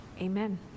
Amen